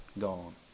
Gone